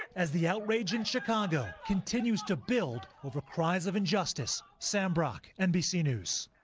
as the outrage in chicago continues to build over cries of injustice. sam brock, nbc news.